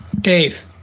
Dave